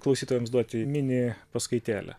klausytojams duoti mini paskaitėlę